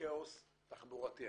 בכאוס תחבורתי.